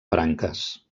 branques